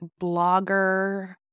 blogger